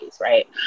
right